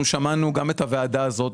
אנחנו שמענו את הוועדה הזו,